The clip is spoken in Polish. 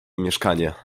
mieszkanie